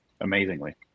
amazingly